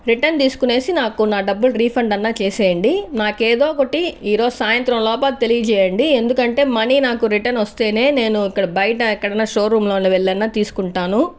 return తీసుకునేసి నాకు నా డబ్బులు రిఫండ్ అన్నా చేసేయండి నాకు ఏదో ఒకటి ఈరోజు సాయంత్రం లోపల తెలియజేయండి ఎందుకంటే మనీ నాకు రిటర్న్ వస్తేనే నేను ఇక్కడ బయట ఎక్కడైనా షోరూంలోను వెళ్ళన్నా తీసుకుంటాను